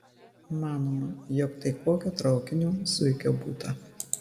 manoma jog tai kokio traukinio zuikio būta